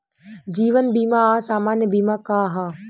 जीवन बीमा आ सामान्य बीमा का ह?